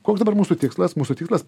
koks dabar mūsų tikslas mūsų tikslas